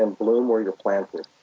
and bloom where you're planted.